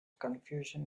confusion